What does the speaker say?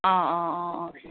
অঁ অঁ অঁ অঁ